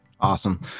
Awesome